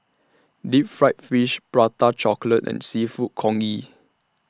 Deep Fried Fish Prata Chocolate and Seafood Congee